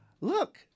Look